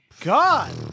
God